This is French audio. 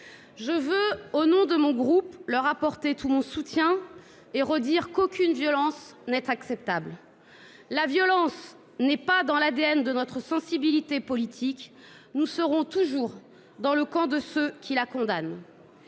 Je veux au nom de mon groupe, leur apporter tout mon soutien et redire qu'aucune violence n'est acceptable. La violence n'est pas dans l'ADN de notre sensibilité politique. Nous serons toujours dans le camp de ceux qui la condamne.